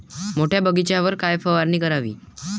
मोठ्या बगीचावर कायन फवारनी करावी?